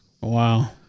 Wow